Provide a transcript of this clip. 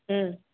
ம்